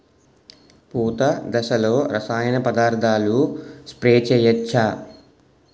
పూత దశలో రసాయన పదార్థాలు స్ప్రే చేయచ్చ?